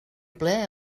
ple